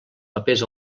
papers